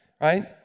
right